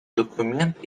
документы